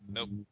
Nope